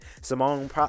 Simone